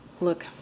Look